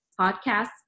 podcasts